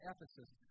Ephesus